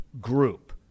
group